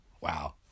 wow